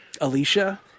Alicia